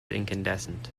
incandescent